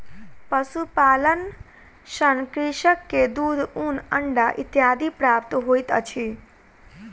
पशुपालन सॅ कृषक के दूध, ऊन, अंडा इत्यादि प्राप्त होइत अछि